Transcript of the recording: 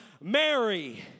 Mary